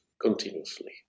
continuously